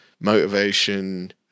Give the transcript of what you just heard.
motivation